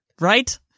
Right